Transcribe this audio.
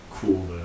cool